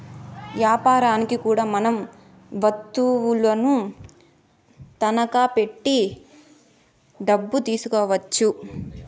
యాపారనికి కూడా మనం వత్తువులను తనఖా పెట్టి డబ్బు తీసుకోవచ్చు